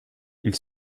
ils